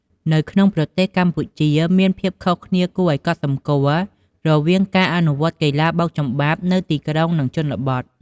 នៅក្នុងប្រទេសកម្ពុជាមានភាពខុសគ្នាគួរឲ្យកត់សម្គាល់រវាងការអនុវត្តន៍កីឡាបោកចំបាប់នៅទីក្រុង និងជនបទ។